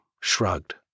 shrugged